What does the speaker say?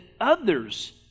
others